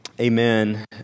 Amen